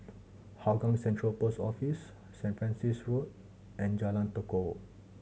Hougang Central Post Office Saint Francis Road and Jalan Tekukor